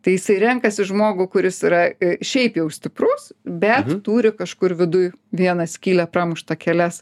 tai jisai renkasi žmogų kuris yra šiaip jau stiprus bet turi kažkur viduj vieną skylę pramuštą kelias